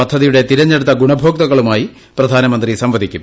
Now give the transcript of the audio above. പദ്ധതിയുടെ തിരഞ്ഞെടുത്ത ഗുണഭോക്താക്കളുമായി പ്രധാനമന്ത്രി സംവദിക്കും